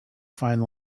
find